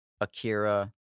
Akira